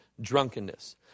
drunkenness